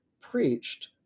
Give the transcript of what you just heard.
preached